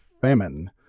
famine